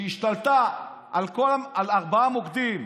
שהשתלטה על ארבעה מוקדים,